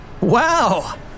Wow